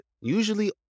usually